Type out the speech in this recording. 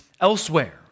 elsewhere